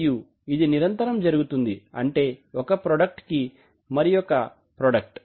మరియు ఇది నిరంతరం జరుగుతుంది అంటే ఒక ప్రాడక్ట్ కి మరొక ప్రాడక్ట్